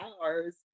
hours